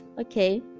Okay